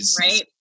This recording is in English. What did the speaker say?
Right